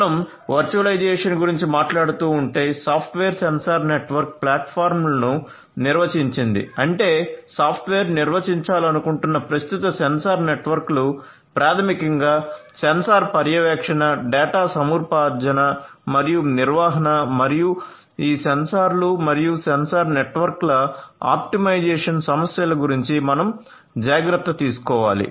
మనం వర్చువలైజేషన్ గురించి మాట్లాడుతుంటే సాఫ్ట్వేర్ సెన్సార్ నెట్వర్క్ ప్లాట్ఫారమ్లను నిర్వచించింది అంటే సాఫ్ట్వేర్ నిర్వచించాలనుకుంటున్న ప్రస్తుత సెన్సార్ నెట్వర్క్లు ప్రాథమికంగా సెన్సార్ పర్యవేక్షణ డేటా సముపార్జన మరియు నిర్వహణ మరియు ఈ సెన్సార్లు మరియు సెన్సార్ నెట్వర్క్ల ఆప్టిమైజేషన్ సమస్యలు గురించి మనం జాగ్రత్త తీసుకోవాలి